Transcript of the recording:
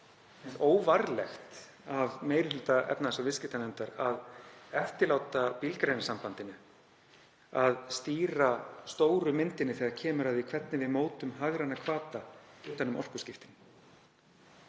að vera — óvarlegt af meiri hluta efnahags- og viðskiptanefndar að eftirláta Bílgreinasambandinu að stýra stóru myndinni þegar kemur að því hvernig við mótum hagræna hvata utan um orkuskiptin.